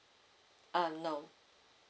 ah no